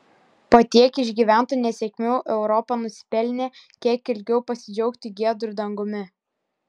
po tiek išgyventų nesėkmių europa nusipelnė kiek ilgiau pasidžiaugti giedru dangumi